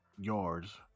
yards